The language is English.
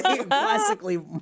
classically